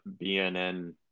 BNN